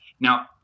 Now